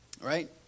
right